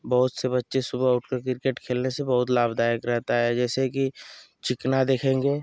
बहुत से बच्चे सुबह उठकर क्रिकेट खेलने से बहुत लाभदायक रहता है जैसे कि चिकना देखेंगे